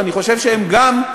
ואני חושב שהם גם,